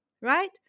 Right